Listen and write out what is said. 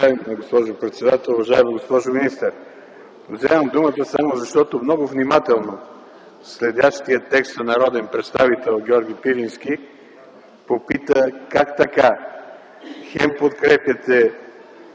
Уважаема госпожо председател, уважаема госпожо министър! Вземам думата, само защото много внимателно следящият текста народен представител Георги Пирински попита – как така хем подкрепяте